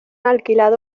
alquilado